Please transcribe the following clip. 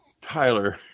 Tyler